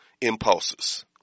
impulses